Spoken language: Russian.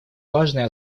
важный